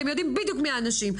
אתם יודעים בדיוק מי האנשים.